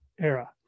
era